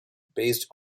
based